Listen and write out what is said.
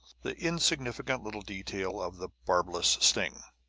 the insignificant little detail of the barbless sting.